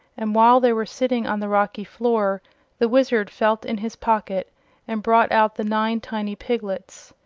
and while they were sitting on the rocky floor the wizard felt in his pocket and brought out the nine tiny piglets.